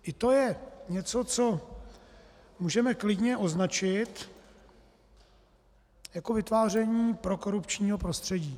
I to je něco, co můžeme klidně označit jako vytváření prokorupčního prostředí.